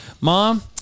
mom